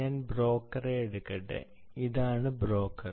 ഞാൻ ബ്രോക്കറെ എടുക്കട്ടെ ഇതാണ് ബ്രോക്കർ